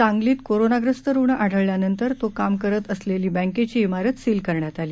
सांगलीत कोरोनाग्रस्त रुग्ण आढळल्यानंतर तो काम करत असलेली बँकेची इमारत सील करण्यात आली